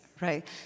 right